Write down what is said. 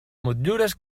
motllures